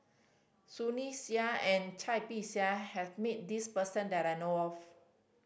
Sunny Sia and Cai Bixia has met this person that I know of